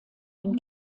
dem